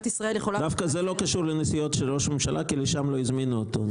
דווקא זה לא קשור לנסיעות של ראש הממשלה כי לשם לא הזמינו אותו.